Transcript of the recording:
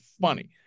funny